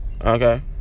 Okay